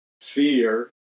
fear